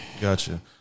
Gotcha